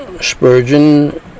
Spurgeon